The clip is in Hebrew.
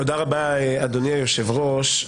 תודה רבה אדוני היושב-ראש.